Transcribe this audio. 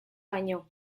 baino